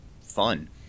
fun